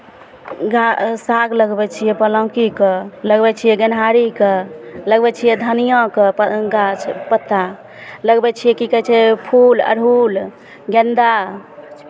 गा साग लगबै छियै पलाङ्कीके लगबै छियै गेनहारीके लगबै छियै धनियाँके प गाछ पत्ता लगबै छियै की कहै छै फूल अड़हुल गेन्दा